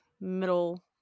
middle